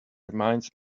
reminds